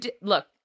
look